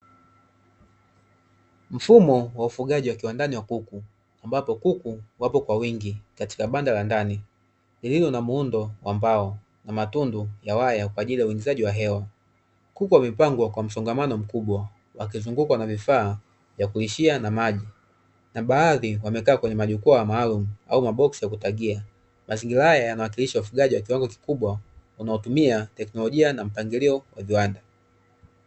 Mfumo wa ufugaji wa kiwandani wa kuku ambapo kuku wapo kwa wingi katika banda la ndani lililo na muundo wa mbao na matundu ya waya kwaajili ya uwingizaji wa hewa. Kuku wamepangwa kwa msongamano mkubwa wakizungukawa na vifaa vya kuishia na maji na baadhi wamekaa kwenye majukwaa maalumu au maboksi ya kutagia mazingira haya yanawakilisha wafugaji kwa kiwango kikubwa unatumia mpangilio na tekinolojia ya viwanda.